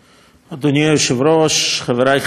אדוני היושב-ראש, חברי חברי הכנסת,